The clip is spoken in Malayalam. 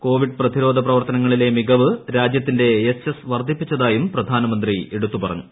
കോവിഡ് പ്രതിരോധ പ്രവർത്തനങ്ങളിലെ മികവ് രാജ്യത്തിന്റെ യശസ്സ് വർദ്ധിപ്പി ച്ചുതായും പ്രധാനമന്ത്രി എടുത്തു പറഞ്ഞു